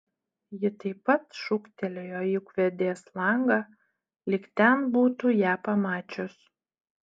ji taip pat šūktelėjo į ūkvedės langą lyg ten būtų ją pamačius